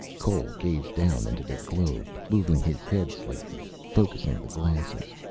cole gazed down into the globe, moving his head slightly, focussing the glasses.